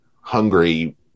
hungry